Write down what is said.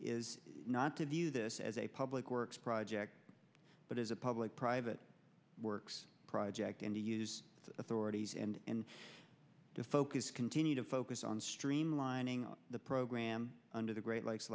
is not to view this as a public works project but as a public private works project and to use the authorities and to focus continue to focus on streamlining the program under the great lakes